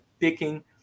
Picking